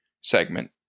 segment